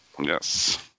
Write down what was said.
Yes